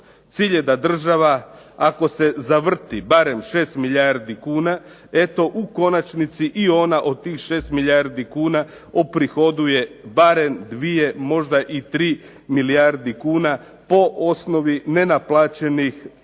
cilj je da država ako se zavrti barem 6 milijardi kuna eto u konačnici i ona od tih 6 milijardi kuna oprihoduje barem 2, možda i 3 milijarde kuna po osnovi nenaplaćenih, a